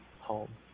home